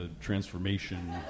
Transformation